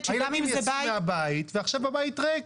הילדים יצאו מהבית, ועכשיו הבית ריק.